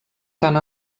tant